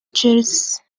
jersey